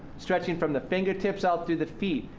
stretching from the fingertips out through the feet.